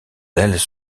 ailes